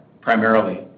primarily